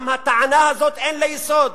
לטענה הזאת אין יסוד,